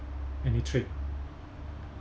any trade